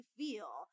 feel